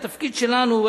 התפקיד שלנו,